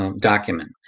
document